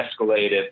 escalated